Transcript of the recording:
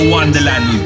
Wonderland